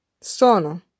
SONO